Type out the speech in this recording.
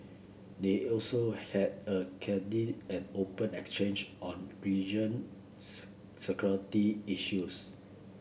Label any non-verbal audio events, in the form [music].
they also had a candid and open exchange on region [unintelligible] security issues